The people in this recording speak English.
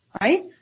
Right